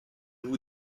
vous